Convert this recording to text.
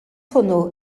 hwnnw